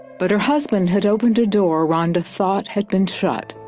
but her husband had opened a door rhonda thought had been shut.